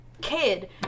kid